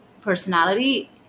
personality